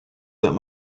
that